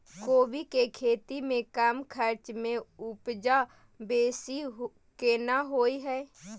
कोबी के खेती में कम खर्च में उपजा बेसी केना होय है?